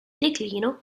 declino